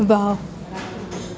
वाह